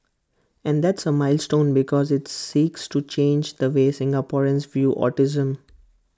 and that's A milestone because IT seeks to change the way Singaporeans view autism